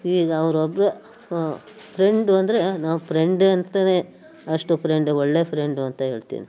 ಈಗ ಅವರೊಬ್ರು ಫ್ರೆಂಡು ಅಂದರೆ ನಾವು ಫ್ರೆಂಡ ಅಂತಲೇ ಅಷ್ಟು ಫ್ರೆಂಡ್ ಒಳ್ಳೆ ಫ್ರೆಂಡು ಅಂತ ಹೇಳ್ತೀನಿ